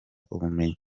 ubumenyi